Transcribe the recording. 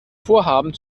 vorhaben